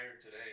today